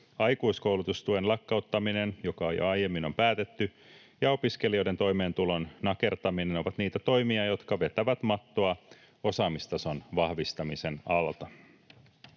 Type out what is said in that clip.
aikuiskoulutustuen lakkauttaminen, joka on jo aiemmin päätetty, ja opiskelijoiden toimeentulon nakertaminen ovat niitä toimia, jotka vetävät mattoa osaamistason vahvistamisen alta.